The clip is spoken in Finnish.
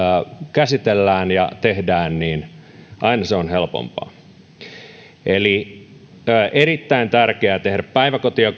käsitellään ja tehdään sitä helpompaa se aina on eli on erittäin tärkeää tehdä päiväkoti ja